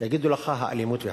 יגידו לך: האלימות והפשיעה.